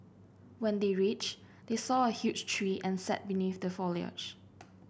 when they reached they saw a huge tree and sat beneath the foliage